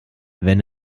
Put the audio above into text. wenn